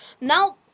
Now